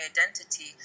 identity